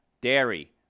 dairy